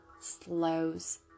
slows